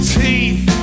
teeth